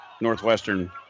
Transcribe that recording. northwestern